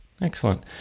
Excellent